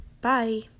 bye